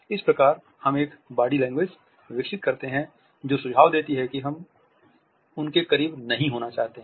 इस प्रकार हम एक बॉडी लैंग्वेज विकसित करते हैं जो सुझाव देती है कि हम उनके करीब नहीं होना चाहते हैं